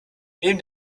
neben